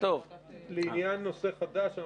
לעניין נושא חדש,